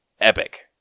epic